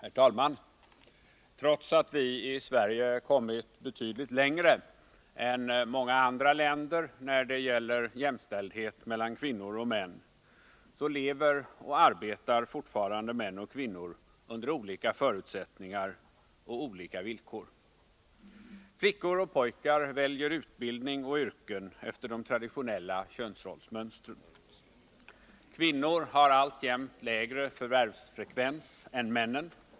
Herr talman! Trots att vi i Sverige kommit betydligt längre än många andra länder när det gäller jämställdhet mellan kvinnor och män lever och arbetar fortfarande män och kvinnor under olika förutsättningar och villkor. Flickor och pojkar väljer utbildning och yrken efter de traditionella könsrollsmönstren. Kvinnorna har alltjämt lägre förvärvsfrekvens än männen.